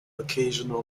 occasional